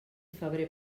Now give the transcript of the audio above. febrer